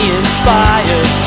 inspired